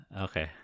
okay